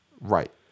Right